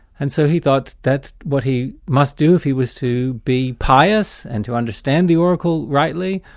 and so he thought that what he must do if he was to be pious and to understand the oracle rightly,